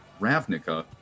Ravnica